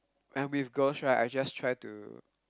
I'm with girls right I just try to